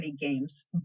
games